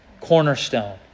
cornerstone